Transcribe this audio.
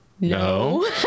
no